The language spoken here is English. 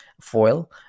foil